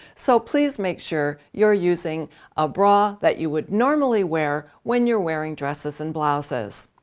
so please make sure you're using a bra that you would normally wear when you're wearing dresses and blouses.